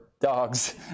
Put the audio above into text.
dogs